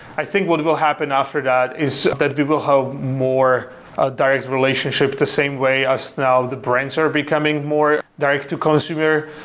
i think what will happen after that is that we will hold more ah direct relationship the same way as now the brand are becoming more direct to consumer.